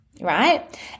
right